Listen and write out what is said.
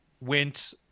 went